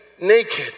naked